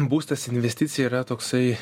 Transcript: būstas investicijai yra toksai